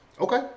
Okay